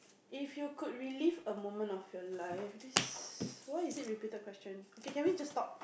if you could relieve a moment of your life this why is it repeated question okay can we just talk